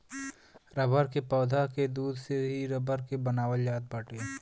rubber के पौधा के दूध से ही रबर के बनावल जात बाटे